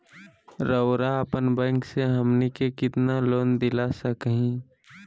रउरा अपन बैंक से हमनी के कितना लोन दिला सकही?